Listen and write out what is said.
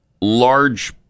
large